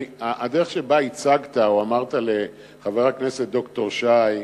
הדרך שבה הצגת או אמרת לחבר הכנסת ד"ר שי,